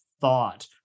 thought